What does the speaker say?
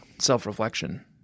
self-reflection